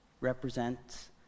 represents